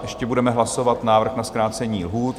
Ještě budeme hlasovat návrh na zkrácení lhůt.